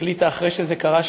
החליטה אחרי שזה קרה,